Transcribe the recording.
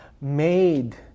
made